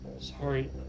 Sorry